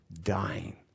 dying